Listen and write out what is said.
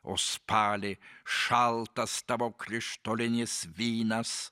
o spali šaltas tavo krištolinis vynas